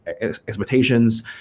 expectations